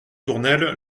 tournelles